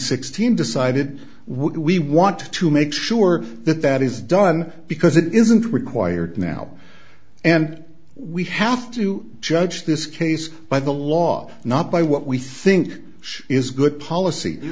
six team decided we want to make sure that that is done because it isn't required now and we have to judge this case by the law not by what we think should is good policy